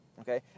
okay